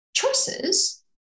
choices